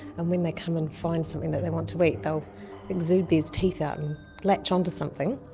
and when they come and find something that they want to eat they'll exude these teeth out and latch onto something,